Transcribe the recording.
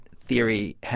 theory